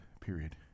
period